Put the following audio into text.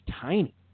tiny